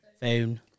Phone